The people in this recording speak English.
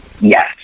Yes